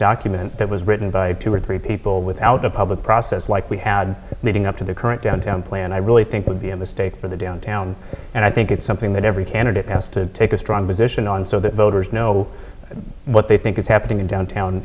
document that was written by two or three people without a public process like we had meeting up to the current downtown plan i really think would be a mistake for the downtown and i think it's something that every candidate has to take a strong position on so that voters know what they think is happening in downtown